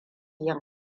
yin